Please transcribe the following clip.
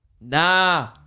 nah